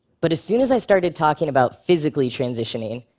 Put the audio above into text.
but as soon as i started talking about physically transitioning,